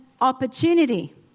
opportunity